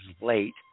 late